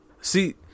See